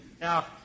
Now